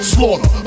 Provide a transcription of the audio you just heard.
Slaughter